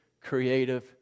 creative